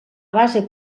base